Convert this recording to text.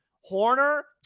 Horner